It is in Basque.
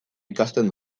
ikasten